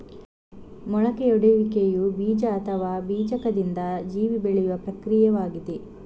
ಮೊಳಕೆಯೊಡೆಯುವಿಕೆಯು ಬೀಜ ಅಥವಾ ಬೀಜಕದಿಂದ ಜೀವಿ ಬೆಳೆಯುವ ಪ್ರಕ್ರಿಯೆಯಾಗಿದೆ